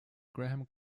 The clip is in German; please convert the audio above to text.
graham